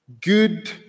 good